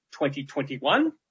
2021